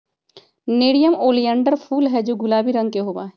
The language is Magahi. नेरियम ओलियंडर फूल हैं जो गुलाबी रंग के होबा हई